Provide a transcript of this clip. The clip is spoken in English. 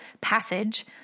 passage